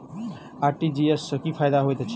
RTGS सँ की फायदा होइत अछि?